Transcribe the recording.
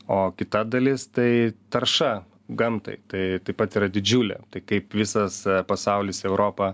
o kita dalis tai tarša gamtai tai taip pat yra didžiulė tai kaip visas pasaulis europa